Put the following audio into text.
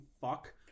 fuck